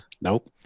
Nope